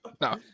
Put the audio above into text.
no